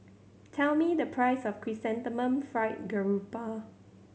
tell me the price of Chrysanthemum Fried Garoupa